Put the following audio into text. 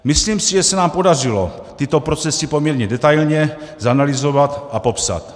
Myslím si, že se nám podařilo tyto procesy poměrně detailně zanalyzovat a popsat.